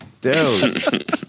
dude